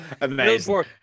Amazing